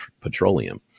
petroleum